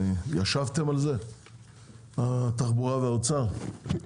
ישבתם על זה משרד התחבורה והאוצר?